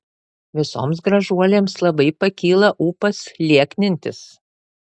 visoms gražuolėms labai pakyla ūpas lieknintis